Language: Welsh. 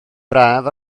braf